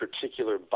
particular